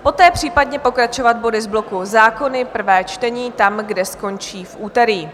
Poté případně pokračovat body z bloku Zákony, prvé čtení, tam, kde skončí v úterý.